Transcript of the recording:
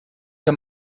que